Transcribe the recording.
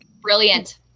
Brilliant